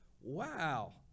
Wow